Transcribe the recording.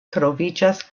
troviĝas